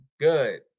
Good